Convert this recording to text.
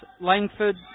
Langford